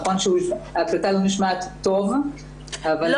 ההקלטה לא נשמעת טוב --- לא,